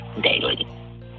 daily